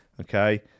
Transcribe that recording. Okay